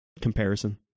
comparison